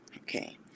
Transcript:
Okay